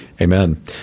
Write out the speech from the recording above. Amen